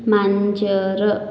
मांजर